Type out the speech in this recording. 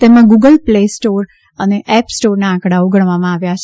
તેમાં Google play store અને app સ્ટોરના આંકડાઓ ગણવામાં આવ્યા છે